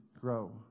grow